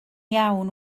iawn